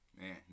Man